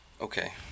Okay